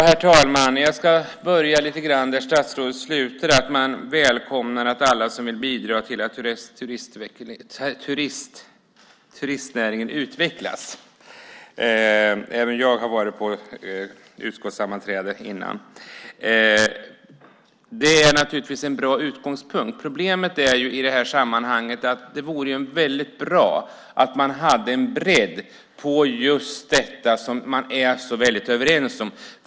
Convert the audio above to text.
Herr talman! Jag ska börja lite grann där statsrådet slutade, med att man välkomnar alla som vill bidra till att turistnäringen utvecklas. Det är naturligtvis en bra utgångspunkt. Problemet är i det här sammanhanget att det vore väldigt bra om man hade en bredd på just det som man är så väldigt överens om.